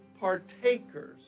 partakers